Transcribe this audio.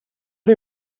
chi